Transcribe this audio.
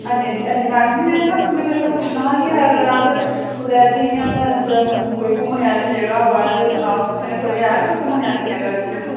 हां जी हां जी हां जी मैडम जी मैं ना तुं'दे कशा पुच्छना हा कि अग्गर इस कुतै इत्थें इयां जम्मू कोई घूमने आह्ली जगह् होऐ ते सनाओ तुस कोई ऐ कोई घूमने आह्ली जगह् इत्थें जम्मू